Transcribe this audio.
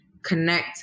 connect